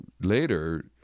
later